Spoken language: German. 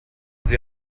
sie